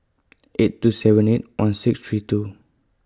eight two seven eight one six three two